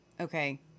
okay